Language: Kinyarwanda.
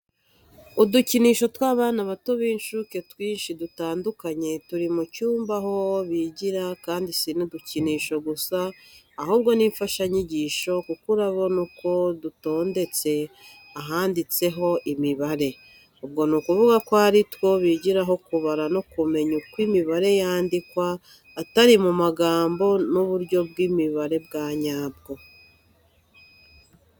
Udukinisho tw'abana bato b'incuke twinshi dutandukanye, turi mu cyumba aho bigira kandi si n'udukinisho gusa ahubwo n'imfashanyigiso kuko urabonaho uko dutondetse ahanditseho imibare. Ubwo ni ukuvuga ko aritwo bigiraho kubara no kumenya uko imibare yandikwa atari mu magambo n'uburyo bw'imibare bwanyabwo.